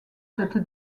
cette